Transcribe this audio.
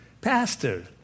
Pastor